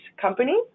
company